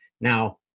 Now